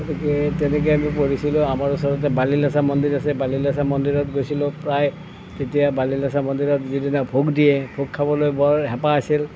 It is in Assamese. গতিকে তেনেকেই আমি পঢ়িছিলোঁ আমাৰ ওচৰতে বালিলেচা মন্দিৰ আছে বালিলেচা মন্দিৰত গৈছিলোঁ প্ৰায় তেতিয়া বালিলেচা মন্দিৰত যিদিনা ভোগ দিয়ে ভোগ খাবলৈ বৰ হেঁপাহ আছিল